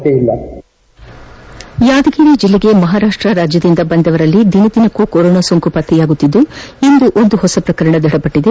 K Yadgir ಜಿಲ್ಲೆಗೆ ಮಹಾರಾಷ್ಟ್ರ ರಾಜ್ಯದಿಂದ ಬಂದವರಲ್ಲಿ ದಿನದಿನಕ್ಕೂ ಕೊರೋನಾ ಸೋಂಕು ಪತ್ತೆಯಾಗುತ್ತಿದ್ದು ಇಂದು ಒಂದು ಹೊಸ ಪ್ರಕರಣ ದೃಢಪಟ್ಟಿದೆ